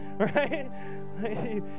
Right